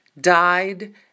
died